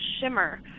shimmer